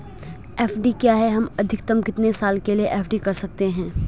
FD क्या है हम अधिकतम कितने साल के लिए एफ.डी कर सकते हैं?